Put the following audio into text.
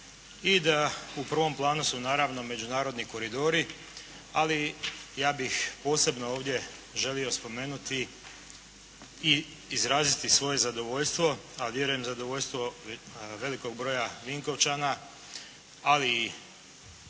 i da u prvom planu su naravno međunarodni koridori. Ali ja bih posebno ovdje želio spomenuti i izraziti svoje zadovoljstvo, a vjerujem zadovoljstvo velikog broja Vinkovčana, ali i